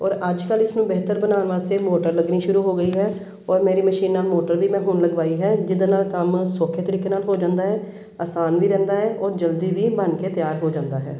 ਔਰ ਅੱਜ ਕੱਲ੍ਹ ਇਸ ਨੂੰ ਬਿਹਤਰ ਬਣਾਉਣ ਵਾਸਤੇ ਮੋਟਰ ਲੱਗਣੀ ਸ਼ੁਰੂ ਹੋ ਗਈ ਹੈ ਔਰ ਮੇਰੀ ਮਸ਼ੀਨਾਂ ਮੋਟਰ ਵੀ ਮੈਂ ਹੁਣ ਲਗਵਾਈ ਹੈ ਜਿਹਦੇ ਨਾਲ ਕੰਮ ਸੌਖੇ ਤਰੀਕੇ ਨਾਲ ਹੋ ਜਾਂਦੇ ਹੈ ਆਸਾਨ ਵੀ ਰਹਿੰਦਾ ਹੈ ਔਰ ਜਲਦੀ ਵੀ ਬਣ ਕੇ ਤਿਆਰ ਹੋ ਜਾਂਦਾ ਹੈ